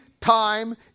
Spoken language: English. time